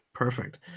perfect